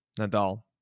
Nadal